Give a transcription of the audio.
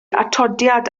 atodiad